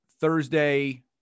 Thursday